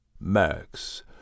Max